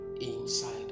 inside